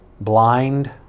blind